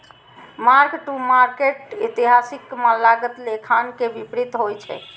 mark to market एतिहासिक लागत लेखांकन के विपरीत होइ छै